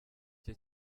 cye